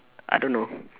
I don't know